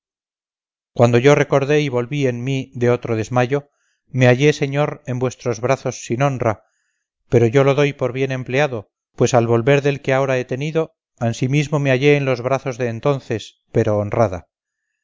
cuando yo recordé y volví en mí de otro desmayo me hallé señor en vuestros brazos sin honra pero yo lo doy por bien empleado pues al volver del que ahora he tenido ansimismo me hallé en los brazos de entonces pero honrada